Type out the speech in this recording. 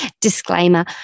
disclaimer